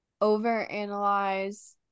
overanalyze